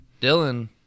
Dylan